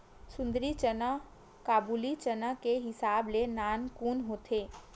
सुंदरी चना काबुली चना के हिसाब ले नानकुन होथे